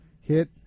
hit